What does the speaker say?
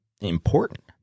important